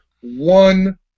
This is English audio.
one